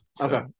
Okay